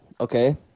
okay